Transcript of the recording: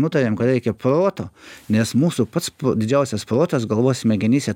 nutarėm kad reikia proto nes mūsų pats didžiausias protas galvos smegenyse